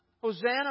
Hosanna